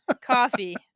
coffee